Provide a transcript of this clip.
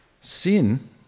Sin